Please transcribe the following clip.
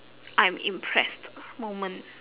I'm impressed moment